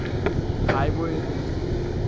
খাই বৈ